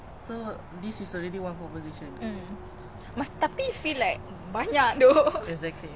I mean who doesn't duit tu siapa tak nak though